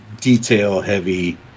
detail-heavy